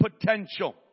potential